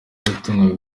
yatangaga